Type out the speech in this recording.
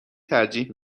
ترجیح